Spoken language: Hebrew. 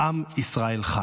עם ישראל חי.